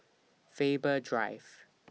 Faber Drive